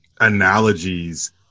analogies